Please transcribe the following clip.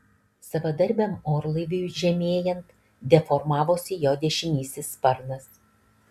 savadarbiam orlaiviui žemėjant deformavosi jo dešinysis sparnas